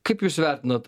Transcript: kaip jūs vertinat